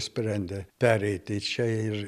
sprendė pereit į čia ir